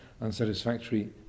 unsatisfactory